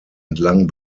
entlang